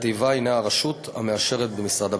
איבה הוא הרשות המאשרת במשרד הביטחון.